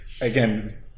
Again